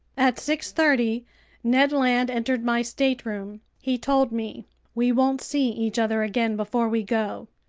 at six thirty ned land entered my stateroom. he told me we won't see each other again before we go.